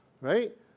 right